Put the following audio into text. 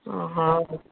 ହଁ ହଉ